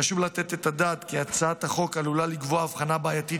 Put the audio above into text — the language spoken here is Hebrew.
חשוב לתת את הדעת כי הצעת החוק עלולה לקבוע הבחנה בעייתית